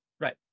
Right